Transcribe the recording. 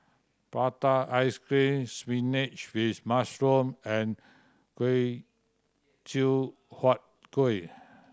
prata ice cream spinach with mushroom and chew Huat Kueh